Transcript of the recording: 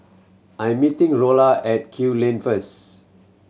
I'm meeting Rolla at Kew Lane first